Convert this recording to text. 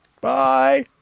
bye